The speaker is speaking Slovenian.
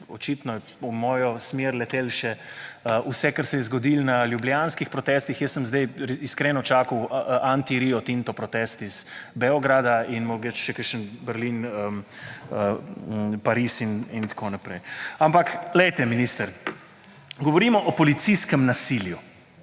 očitno v mojo smer letelo še vse, kar se je zgodilo na ljubljanskih protestih. Jaz sem zdaj iskreno čakal anti Rio Tinto protest iz Beograda in mogoče še kakšen Berlin, Pariz in tako naprej. Ampak minister, govorimo o policijskem nasilju,